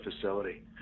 facility